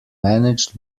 managed